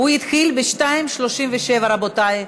הוא התחיל ב-14:37, רבותי.